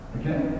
okay